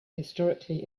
historically